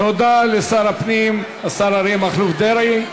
תודה לשר הפנים, השר אריה מכלוף דרעי.